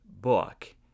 book